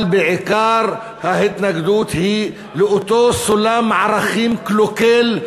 אבל בעיקר ההתנגדות היא לאותו סולם ערכים קלוקל,